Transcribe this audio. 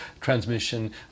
transmission